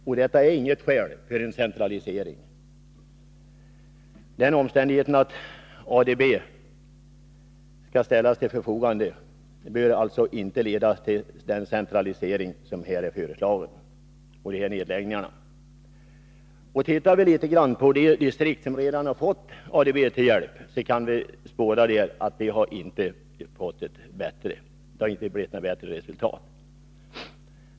Detta är alltså inget skäl för en centralisering. Den omständigheten att ADB skall ställas till förfogande bör alltså inte leda till den centralisering och de nedläggningar som här är föreslagna. De distrikt som redan fått ADB till hjälp har inte kunnat visa bättre indrivningsresultat.